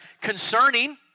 concerning